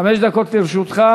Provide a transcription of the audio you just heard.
חמש דקות לרשותך.